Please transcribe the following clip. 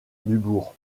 dubourg